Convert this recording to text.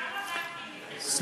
כמה בנקים,